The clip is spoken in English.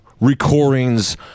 recordings